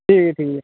ठीक ऐ ठीक ऐ